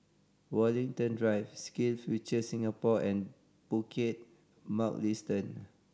Woollerton Drive SkillsFuture Singapore and Bukit Mugliston